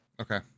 Okay